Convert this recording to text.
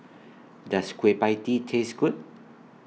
Does Kueh PIE Tee Taste Good